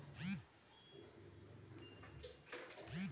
कर का लाभ सभी देशवासियों को मिलता है